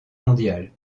mondiale